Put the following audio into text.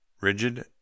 Rigid